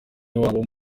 wabo